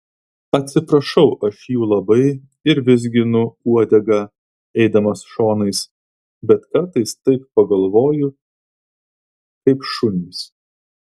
atsiprašau aš jų labai ir vizginu uodegą eidamas šonais bet kartais taip pagalvoju kaip šunys